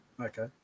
okay